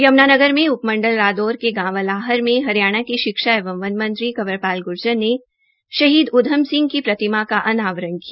यमुनानगार के उप मंडल रादौर के गांव अलाहर में हरियाणा के शिक्षा एंवं वन मंत्री कंवरपाल गुर्जर ने शहीद उद्यम सिंह की प्रतिमा का अनावरण किया